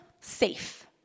safe